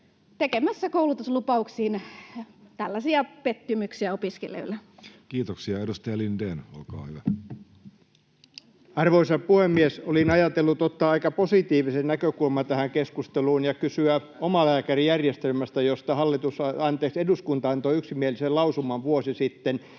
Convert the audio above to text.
koputtaa] koulutuslupauksiin tällaisia pettymyksiä opiskelijoille? Kiitoksia. — Edustaja Lindén, olkaa hyvä. Arvoisa puhemies! Olin ajatellut ottaa aika positiivisen näkökulman tähän keskusteluun ja kysyä omalääkärijärjestelmästä, josta eduskunta antoi yksimielisen lausuman vuosi sitten,